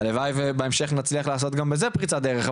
הלוואי ובהמשך נצליח לעשות גם בזה פריצת דרך,